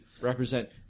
represent